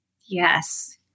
Yes